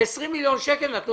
20 מיליון שקלים נתנו